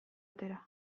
atera